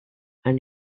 and